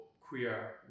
queer